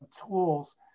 tools